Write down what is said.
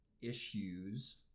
issues